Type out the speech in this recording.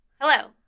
Hello